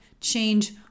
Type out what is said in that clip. change